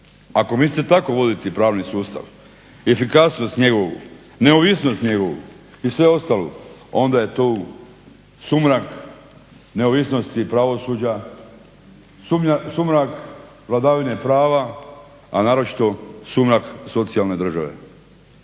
Ako mislite tako voditi pravni sustav, i efikasnost njegovu, neovisnost njegovu onda je tu sumrak vladavine prava, a naročito sumrak socijalne države.